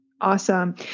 Awesome